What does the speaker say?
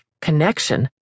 connection